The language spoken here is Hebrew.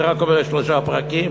אני אומר רק שלושה פרקים,